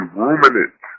ruminant